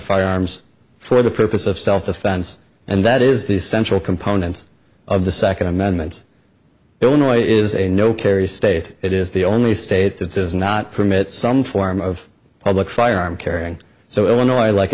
firearms for the purpose of self defense and that is the central component of the second amendment illinois is a no carry state it is the only state that does not permit some form of public firearm carrying so illinois like